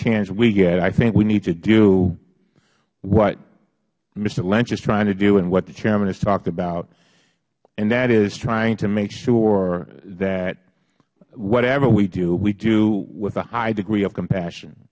chance we get i think we need to do what mister lynch is trying to do and what the chairman has talked about and that is trying to make sure that whatever we do we do with a high degree of compassion